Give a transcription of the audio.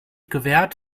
gewährt